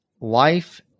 life